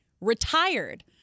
retired